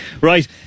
Right